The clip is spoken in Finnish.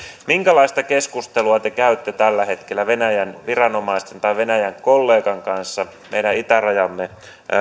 minkälaista keskustelua te käytte tällä hetkellä venäjän viranomaisten tai venäjän kollegan kanssa meidän itärajamme